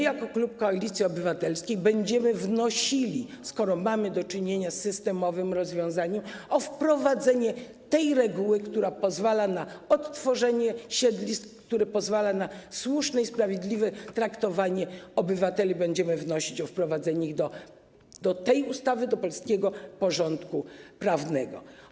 Jako klub Koalicji Obywatelskiej będziemy wnosili, skoro mamy do czynienia z systemowym rozwiązaniem, o wprowadzenie tej reguły, która pozwala na odtworzenie siedlisk, która pozwala na słuszne i sprawiedliwe traktowanie obywateli - będziemy wnosić o wprowadzenie tego do tej ustawy, do polskiego porządku prawnego.